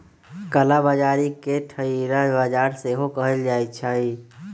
कला बजारी के छहिरा बजार सेहो कहइ छइ